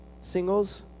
singles